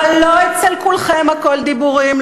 אבל לא אצל כולכם הכול דיבורים,